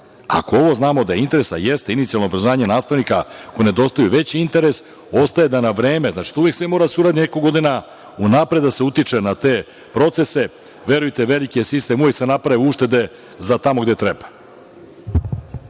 ovo znamo da je interes, a jeste, inicijalno obrazovanje nastavnika ako nedostaju veći interesi ostaje da na vreme, znači, to uvek sve mora da se uradi nekoliko godina unapred da se utiče na te procese. Verujte veliki je sistem. Uvek se naprave uštede za tamo gde treba.